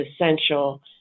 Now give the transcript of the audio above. essential